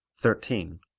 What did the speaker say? thirteen.